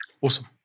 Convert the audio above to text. Awesome